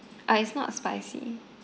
uh it's not spicy